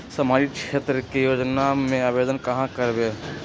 सामाजिक क्षेत्र के योजना में आवेदन कहाँ करवे?